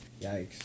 Yikes